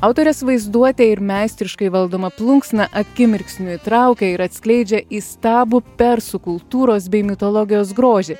autorės vaizduotė ir meistriškai valdoma plunksna akimirksniu įtraukia ir atskleidžia įstabų persų kultūros bei mitologijos grožį